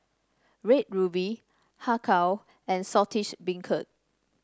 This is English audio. Red Ruby Har Kow and Saltish Beancurd